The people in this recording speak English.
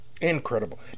incredible